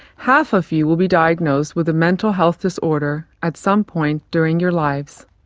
half of you will be diagnosed with a mental health disorder at some point during your lives.